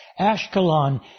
Ashkelon